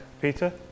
Peter